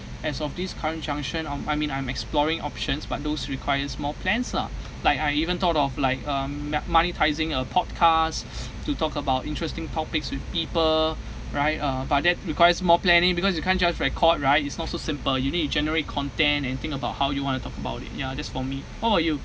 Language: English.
as of this current junction um I mean I'm exploring options but those requires more plans lah like I even thought of like um mak~ monetising a podcast to talk about interesting topics with people right uh but that requires more planning because you can't just record right it's not so simple you need to generate content and think about how you want to talk about it ya that's for me what about you